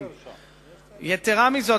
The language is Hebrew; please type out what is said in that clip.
יתירה מזאת,